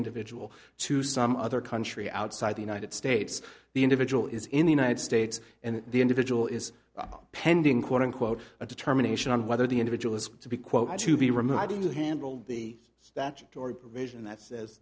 individual to some other country outside the united states the individual is in the united states and the individual is pending quote unquote a determination on whether the individual has to be quote to be removed to handle the statutory vision that says